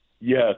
yes